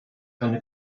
eine